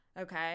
okay